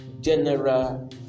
general